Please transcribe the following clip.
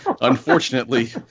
Unfortunately